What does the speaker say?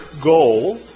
goal